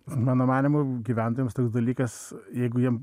mano manymu gyventojams toks dalykas jeigu jiem